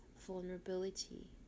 vulnerability